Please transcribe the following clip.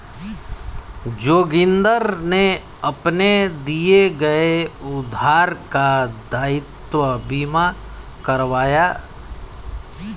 जोगिंदर ने अपने दिए गए उधार का दायित्व बीमा करवाया